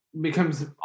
becomes